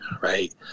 Right